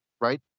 right